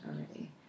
already